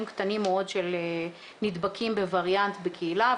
קטנים מאוד של נדבקים בווריאנט בקהילה,